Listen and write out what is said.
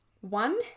One